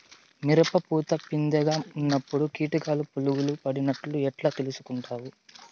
మిరప పూత పిందె గా ఉన్నప్పుడు కీటకాలు పులుగులు పడినట్లు ఎట్లా తెలుసుకుంటావు?